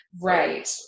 Right